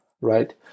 right